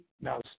now